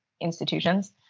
institutions